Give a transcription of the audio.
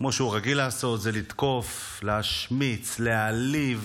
כמו שהוא רגיל לעשות, זה לתקוף, להשמיץ, להעליב